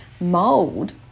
mold